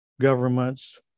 governments